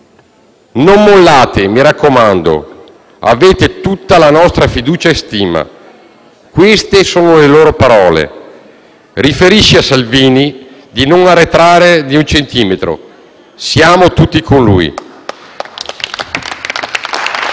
«Non mollate, mi raccomando, avete tutta la nostra fiducia e stima». Queste sono le loro parole: «Riferisci a Salvini di non arretrare di un centimetro. Siamo tutti con lui». *(Applausi